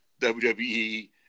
WWE